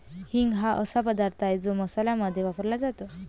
हिंग हा असा पदार्थ आहे जो मसाल्यांमध्ये वापरला जातो